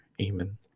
amen